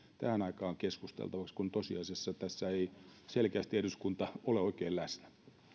tähän aikaan keskusteltavaksi kun tosiasiassa täällä selkeästi eduskunta ei ole oikein läsnä